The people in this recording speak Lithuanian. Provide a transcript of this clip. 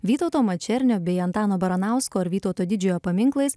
vytauto mačernio bei antano baranausko ir vytauto didžiojo paminklais